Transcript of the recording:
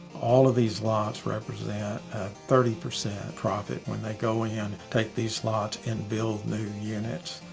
all of these lots represent a thirty percent profit when they go in, take these lots and build new units.